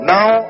Now